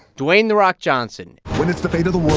dwayne the rock johnson. when it's the fate of the world,